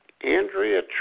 Andrea